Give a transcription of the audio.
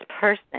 person